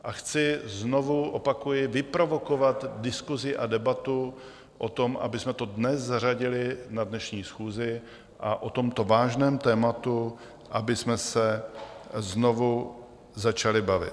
A chci znovu, opakuji, vyprovokovat diskusi a debatu o tom, abychom to dnes zařadili na dnešní schůzi a o tomto vážném tématu abychom se znovu začali bavit.